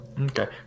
Okay